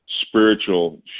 spiritual